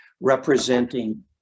representing